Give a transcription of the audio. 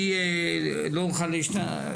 אני לא אוכל ---.